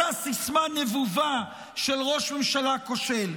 אותה סיסמה נבובה של ראש ממשלה כושל?